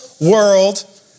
world